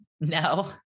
No